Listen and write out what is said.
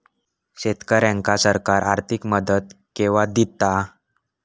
शेतकऱ्यांका सरकार आर्थिक मदत केवा दिता?